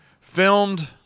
filmed